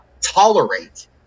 tolerate